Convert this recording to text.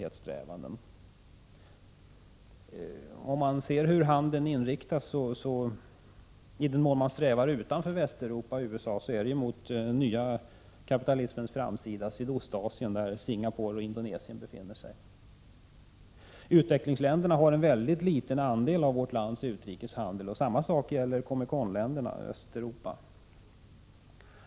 1986/87:99 = ständighetssträvanden. I den mån man strävar att nå ut utanför Västeuropa 1 april 1987 är det mot den nya kapitalismens framsida, Sydostasien, där Singapore och rr ert SIndönesien behöner sig: Utvecklingsländerna har en mycket liten andel av vårt lands utrikeshandel. Detsamma gäller COMECON-länderna, Östeuropa.